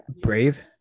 Brave